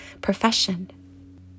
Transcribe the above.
profession